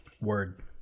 Word